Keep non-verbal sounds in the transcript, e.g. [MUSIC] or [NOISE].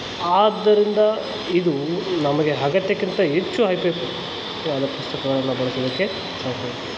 ಆದ್ದರಿಂದ ಇದು ನಮಗೆ ಅಗತ್ಯಕ್ಕಿಂತ ಹೆಚ್ಚು ಹೈಪೈ ಆದ ಪುಸ್ತಕಗಳನ್ನು ಬಳಸೋದಕ್ಕೆ [UNINTELLIGIBLE]